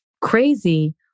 crazy